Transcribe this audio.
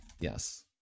Yes